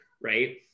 right